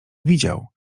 widział